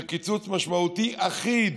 זה קיצוץ משמעותי, אחיד.